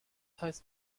heißt